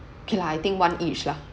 okay lah I think one each lah